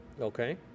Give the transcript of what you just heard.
Okay